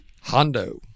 Hondo